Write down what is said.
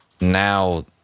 now